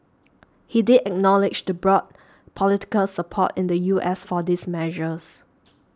he did acknowledge the broad political support in the U S for these measures